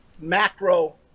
macro